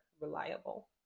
reliable